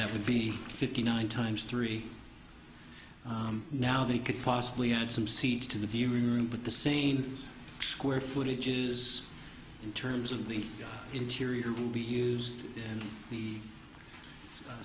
that would be fifty nine times three now they could possibly add some seat to the view room but the saints square footage is in terms of the interior will be used and the